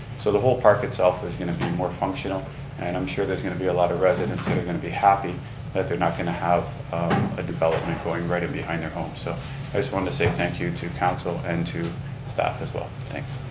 so the whole park itself is going to be more functional and i'm sure there's going to be a lot of residents that are going to be happy that they're not going to have a development going right in behind their homes. so i just wanted to say thank you to council and to staff as well, thanks.